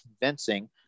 convincing